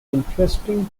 interesting